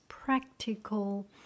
practical